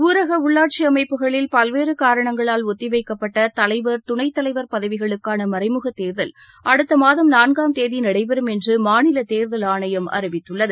ஊரக உள்ளாட்சி அமைப்புகளில் பல்வேறு காரணங்களால் ஒத்திவைக்கப்பட்ட தலைவா் துணைத்தலைவா் பதவிகளுக்கான மறைமுகத் தோ்தல் அடுத்த மாதம் நான்காம் தேதி நடடபெறும் என்று மாநில தேர்தல் ஆணையம் அறிவித்துள்ளது